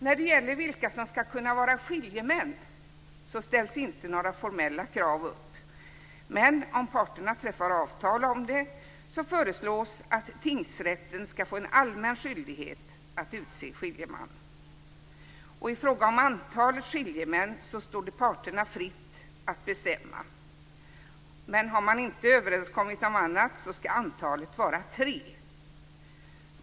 När det gäller vilka som skall kunna vara skiljemän ställs inte några formella krav upp, men om parterna träffar avtal om det föreslås att tingsrätten skall få en allmän skyldighet att utse skiljeman. I fråga om antal skiljemän står det parterna fritt att bestämma, men har man inte kommit överens om annat skall antalet vara tre.